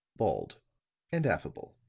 bald and affable.